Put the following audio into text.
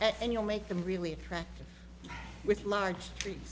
and you'll make them really attractive with large tree